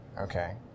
Okay